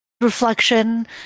reflection